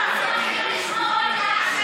אותך אנחנו לא רוצים לשמוע.